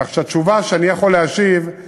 כך שהתשובה שאני יכול להשיב היא